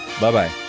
Bye-bye